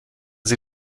sie